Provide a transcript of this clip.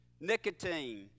nicotine